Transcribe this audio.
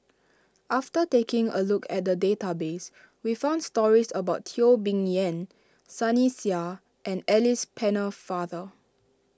after taking a look at the database we found stories about Teo Bee Yen Sunny Sia and Alice Pennefather